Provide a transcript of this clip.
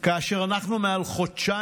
כאשר אנחנו נלחמים מעל חודשיים,